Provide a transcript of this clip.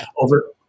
over